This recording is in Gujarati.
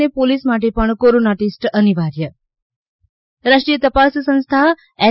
અને પોલિસ માટે પણ કોરોના ટેસ્ટ અનિવાર્ય રાષ્ટ્રીય તપાસ સંસ્થા એન